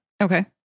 Okay